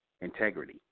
integrity